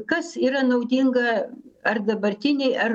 kas yra naudinga ar dabartinei ar